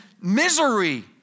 misery